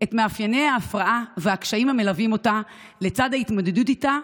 למאפייני ההפרעה והקשיים המלווים אותה לצד ההתמודדות איתה,